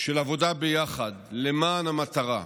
של עבודה ביחד למען המטרה,